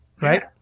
Right